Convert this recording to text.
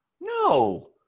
No